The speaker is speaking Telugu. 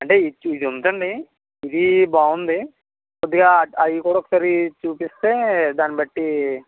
అంటే ఇద్ చు ఇది ఉంచండి ఇది బాగుంది కొద్దిగా అవి కూడా ఒకసారి చూపిస్తే దాన్నిబట్టి